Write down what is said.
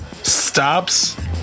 Stops